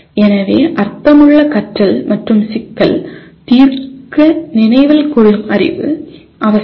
எனவே அர்த்தமுள்ள கற்றல் மற்றும் சிக்கல் தீர்க்க நினைவில் கொள்ளும் அறிவு அவசியம்